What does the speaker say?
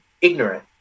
ignorant